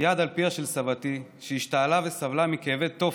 יד על פיה של סבתי, שהשתעלה וסבלה מכאבי תופת,